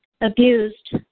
abused